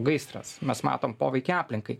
gaisras mes matom poveikį aplinkai